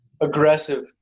aggressive